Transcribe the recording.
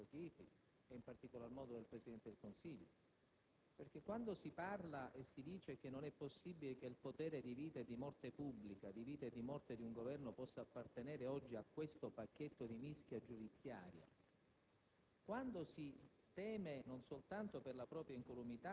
alla presenza dell'intero Governo - con tutto il rispetto nei confronti del ministro Chiti - e, in particolar modo, del Presidente del Consiglio. Infatti, quando si afferma: «Non è possibile che il potere di vita e di morte pubblica, di vita e di morte di un Governo possa appartenere oggi a questo pacchetto di mischia giudiziaria»;